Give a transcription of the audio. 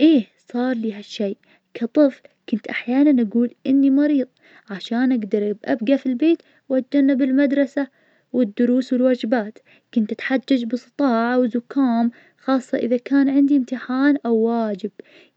إيه, صارلي هالشي, كطفل كنت أحياناً أقول إني مريض, عشان أقدر ابجى في البيت واتجنب بالمدرسة والدروس والوجبات, كنت أتحجج بصداع وزكام, خاصة إذا كان عندي إمتحان أو واجب,